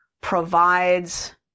provides